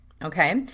Okay